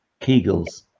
kegels